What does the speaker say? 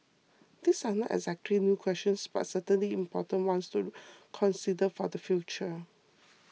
these are not exactly new questions but certainly important ones to consider for the future